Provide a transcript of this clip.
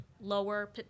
lower